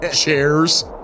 chairs